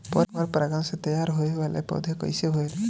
पर परागण से तेयार होने वले पौधे कइसे होएल?